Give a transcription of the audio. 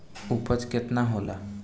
उपज केतना होला?